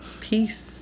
Peace